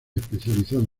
especializado